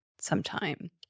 sometime